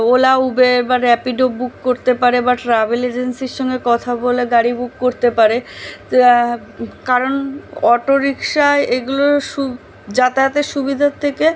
OLA Uber বা Rapido book করতে পারে বা ট্রাভেল এজেন্সির সঙ্গে কথা বলে গাড়ি বুক করতে পারে তা কারণ অটো রিক্সায় এগুলো সু যাতায়াতের সুবিধার থেকে